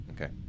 Okay